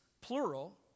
plural